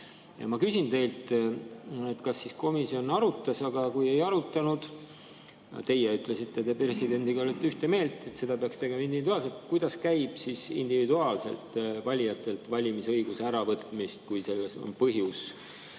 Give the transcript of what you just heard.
Ma küsin teilt: kas komisjon arutas – aga kui ei arutanud, teie ütlesite, et te presidendiga olete ühte meelt, et seda peaks tegema individuaalselt –, kuidas käib individuaalselt valijatelt valimisõiguse äravõtmine, kui selleks on põhjus?